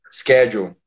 schedule